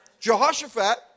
Jehoshaphat